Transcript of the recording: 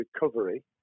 recovery